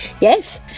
yes